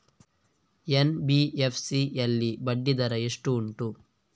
NBFC ಯಲ್ಲಿ ಬಡ್ಡಿ ದರ ಎಷ್ಟು ಉಂಟು?